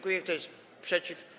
Kto jest przeciw?